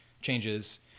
changes